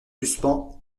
suspens